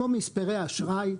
כמו מספרי אשראי?